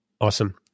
Awesome